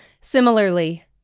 Similarly